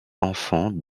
enfants